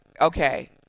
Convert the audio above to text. okay